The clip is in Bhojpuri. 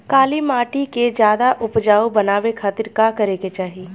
काली माटी के ज्यादा उपजाऊ बनावे खातिर का करे के चाही?